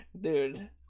dude